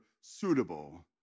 suitable